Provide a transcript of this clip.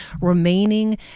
remaining